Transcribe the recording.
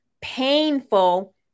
painful